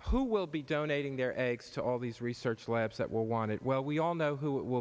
who will be donating their eggs to all these research labs that will want it well we all know who will